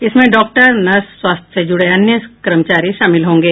इसमें doctor nurse स्वास्थ्य से जुड़े अन्य कर्मचारी शामिल होंगे